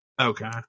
okay